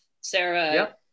Sarah